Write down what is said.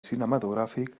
cinematogràfic